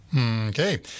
Okay